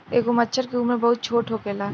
एगो मछर के उम्र बहुत छोट होखेला